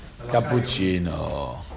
Cappuccino